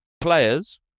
players